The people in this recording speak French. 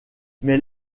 mais